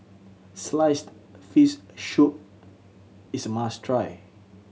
sliced fish soup is a must try